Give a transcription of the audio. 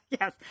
Yes